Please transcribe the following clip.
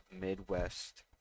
Midwest